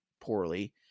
poorly